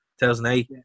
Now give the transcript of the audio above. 2008